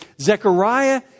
Zechariah